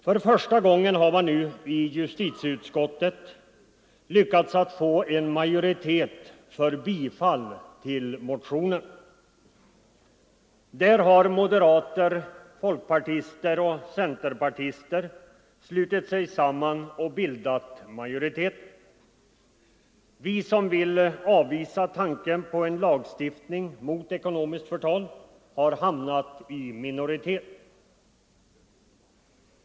För första gången har man nu i justitieutskottet lyckats få en majoritet för bifall till motionen. Där har moderater, folkpartister och centerpartister slutit sig samman och bildat majoritet. Vi som vill avvisa tanken på en lagstiftning mot ekonomiskt förtal har hamnat i minoritet.